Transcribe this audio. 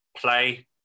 play